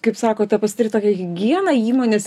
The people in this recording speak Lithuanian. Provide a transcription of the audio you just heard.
kaip sakota pasidaryt tokią higieną įmonės